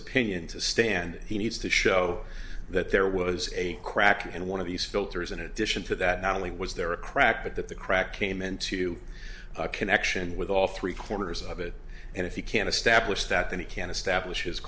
opinion to stand he needs to show that there was a crack in one of these filters in addition to that not only was there a crack but that the crack came into a connection with all three corners of it and if you can establish the and he can establish